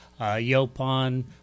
yopon